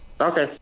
okay